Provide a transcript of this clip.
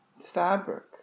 fabric